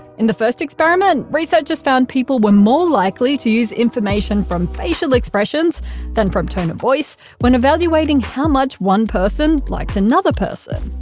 in the first experiment, researchers found people were more likely to use information from facial expressions than from tone of voice when evaluating how much one person liked another person.